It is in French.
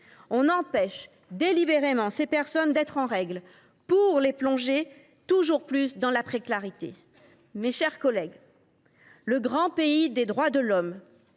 on empêche délibérément ces personnes d’être en règle, pour les plonger toujours plus dans la précarité. Mes chers collègues, à Mayotte, le grand pays des droits de l’homme